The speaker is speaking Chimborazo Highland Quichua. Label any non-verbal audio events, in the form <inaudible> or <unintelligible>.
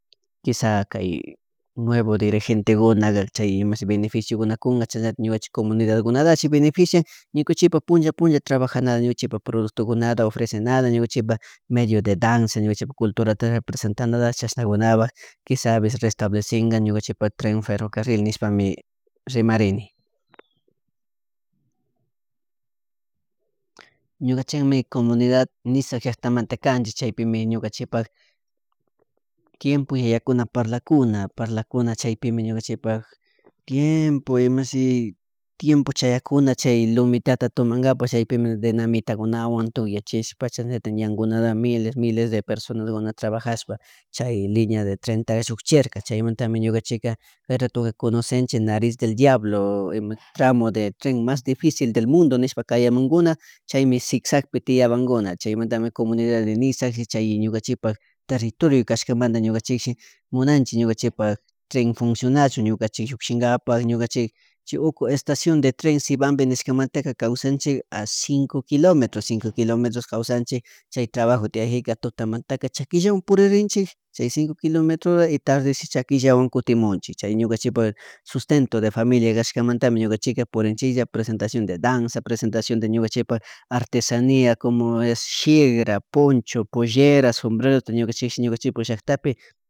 Quisa kay nuevo dirigentekuna ka chay imashi bueneficiokuna kunka chayak ñukanchik comunidad kunaka se fenefician ñukakunchik puncha puncha trabajana ñukanchik productokuna, nada ofrecen nada ñukuchikpa medio de danza, culturat, presentandota chashnawanapak quisa a veces restablesingan ñukanchikpak tren ferricarril nishpami rimarini. Ñuka chakmi comunidad Nizag llaktamanta kani chaypimi ñuka chikpak tiempo yakuna parlakuna, parlkuna chaypimi ñuka chikpak tiempo imashi tiempo chayakuna chay lomitata tumankapak chaypimi dinamitkunawan tuyachish pacha chay ñata ñankunata miles miles de personaswan trabajashpa chay linea del trenta shuk chierka chaymantami luka chikka <unintelligible> conosenchen nariz del diablo <hesitation> tramo del tren mas dificil de mundo nishpa kay yamunkuna chaymi ziczicpi tiyanpankuna chaymantami comunidad de Nisag, y chay ñuka chikpak territorio kashkamanta ñukahchikchik munanchik ñuka chikpa tren funsuinachun ñukachik llukshinkapak ñuka chay shukuko esta kilometroscion de tren Sibambe nishkamantaka kawsanchik a cinco kilometros, cinco kilometroska kawsanchik si hay trabajo tiyahuka tutammantaka likkaw puririnchik chakilla por seis cinco kilometros seis cinco kilometros y tardecita chaki llawan kuitk munchik chay ñuka chipak sustentoo de familiakshkamantami ñuka shikka purinchiklla presentacion de danza presentacion de ñuka chikpa artesania como es shikra, poncho, pollera, sombrerota ñukanchik ñukanchik polleratakpi